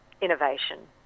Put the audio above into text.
innovation